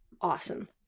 awesome